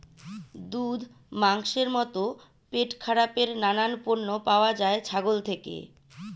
দুধ, মাংসের মতো পেটখারাপের নানান পণ্য পাওয়া যায় ছাগল থেকে